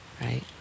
right